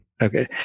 okay